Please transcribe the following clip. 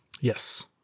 Yes